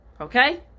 Okay